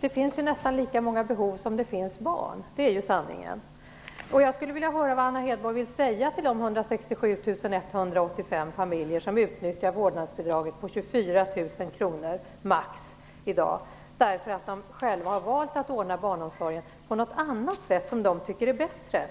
Det finns ju nästan lika många olika behov som det finns barn; det är ju sanningen. Vårdnadsbidraget ligger i dag maximalt på 24 000 familjer som utnyttjar vårdnadsbidraget, därför att de själva valt att ordna barnomsorgen på ett annat sätt, ett sätt som de tycker är bättre.